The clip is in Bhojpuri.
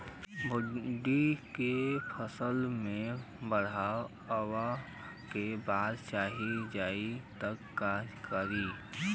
भुट्टा के फसल मे बाढ़ आवा के बाद चल जाई त का करी?